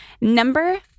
Number